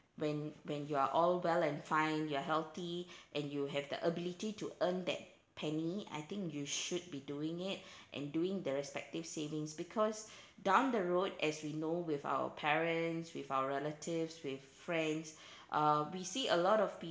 when when you are all well and fine you're healthy and you have the ability to earn that penny I think you should be doing it and doing the respective savings because down the road as we know with our parents with our relatives with friends uh we see a lot of